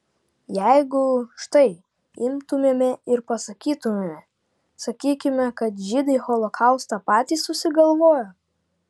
jeigu štai imtumėme ir pasakytumėme sakykime kad žydai holokaustą patys susigalvojo